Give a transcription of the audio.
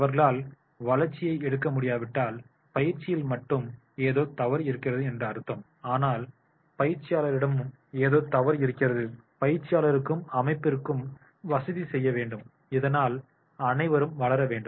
அவர்களால் வளர்ச்சியை எடுக்க முடியாவிட்டால் பயிற்சியில் மட்டும் ஏதோ தவறு இருக்கிறது என்று அர்த்தம் ஆனால் பயிற்சியாளரிடமும் ஏதோ தவறு இருக்கிறது பயிற்சியாளருக்கும் அமைப்பிற்கும் வசதி செய்ய வேண்டும் இதனால் அனைவரும் வளர வேண்டும்